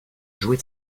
jouer